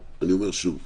שוב: